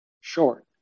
short